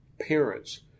parents